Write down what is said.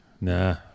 Nah